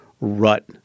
rut